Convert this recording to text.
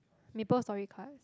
Maple Story card